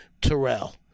Terrell